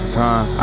time